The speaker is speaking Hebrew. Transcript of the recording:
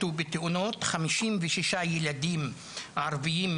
מתו בתאונות 56 ילדים ערביים,